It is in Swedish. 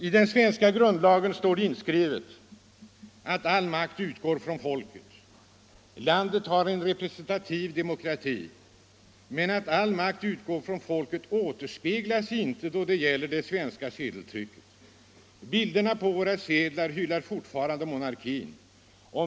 I den svenska grundlagen står det inskrivet att all makt utgår från folket. Landet har en representativ demokrati. Men att all makt utgår från folket återspeglas inte då det gäller det svenska sedeltrycket. Bilderna på våra sedlar hyllar fortfarande monarkin.